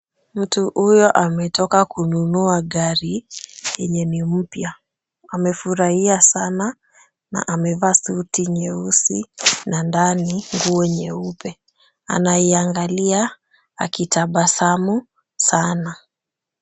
Mtu huyo ametoka kununua gari yenye ni mpya. Amefurahia sana na amevaa suti nyeusi na ndani nguo nyeupe anaiangalia akitabasamu sana.